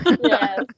Yes